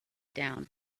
down